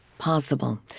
Possible